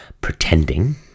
pretending